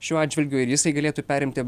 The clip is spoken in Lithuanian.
šiuo atžvilgiu ir jisai galėtų perimti